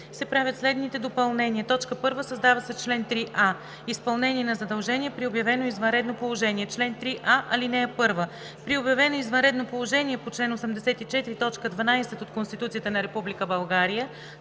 се правят следните допълнения: 1. Създава се чл. 3а: „Изпълнение на задължения при обявено извънредно положение Чл. 3а. (1) При обявено извънредно положение по чл. 84, т. 12 от Конституцията на Република